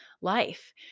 life